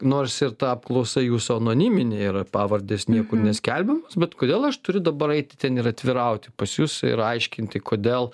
nors ir ta apklausa jūsų anoniminė yra pavardės niekur neskelbiamos bet kodėl aš turiu dabar eiti ten ir atvirauti pas jus ir aiškinti kodėl